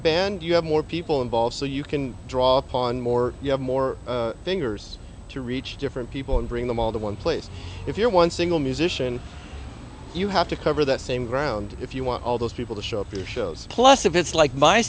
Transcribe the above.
band you have more people involved so you can draw upon more you have more fingers to reach different people and bring them all the one place if you're one single musician you have to cover the same ground if you want all those people to show up their shows plus if it's like my